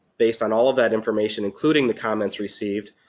based on all of that information including the comments received,